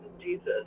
Jesus